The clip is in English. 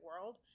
world